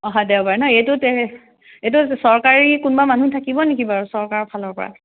অহা দেওবাৰে ন এইটো এইটো চৰকাৰী কোনোবা মানুহ থাকিব নিকি বাৰু চৰকাৰৰ ফালৰ পৰা